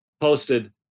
posted